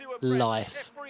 life